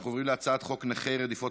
אנחנו עוברים להצעת חוק נכי רדיפות